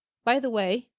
by the way,